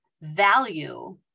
value